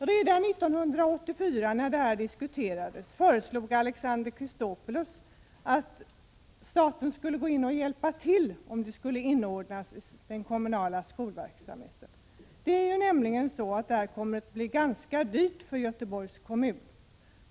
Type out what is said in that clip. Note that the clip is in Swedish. Redan 1984, när frågan diskuterades, föreslog Alexander Chrisopoulos att staten skulle gå in och hjälpa till, om det skulle bli en inordning i den kommunala skolverksamheten. Det här kommer nämligen att bli ganska dyrt för Göteborgs kommun.